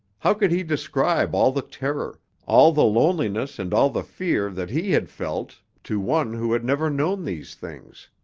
how could he describe all the terror, all the loneliness and all the fear that he had felt to one who had never known these things?